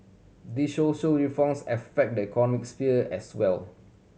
they social reforms affect the economic sphere as well